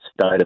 state